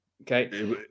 Okay